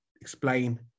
explain